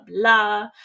blah